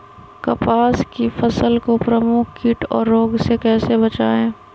कपास की फसल को प्रमुख कीट और रोग से कैसे बचाएं?